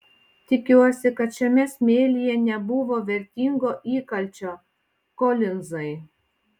tikiuosi kad šiame smėlyje nebuvo vertingo įkalčio kolinzai